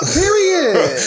period